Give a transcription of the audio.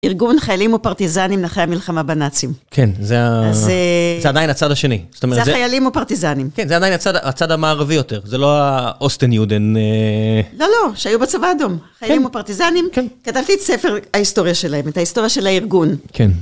ארגון חיילים ופרטיזנים לאחרי המלחמה בנאצים. כן, זה עדיין הצד השני. זה חיילים ופרטיזנים. כן, זה עדיין הצד המערבי יותר, זה לא האוסטיודן. לא, לא, שהיו בצבא האדום. חיילים ופרטיזנים. כתבתי את ספר ההיסטוריה שלהם, את ההיסטוריה של הארגון. כן.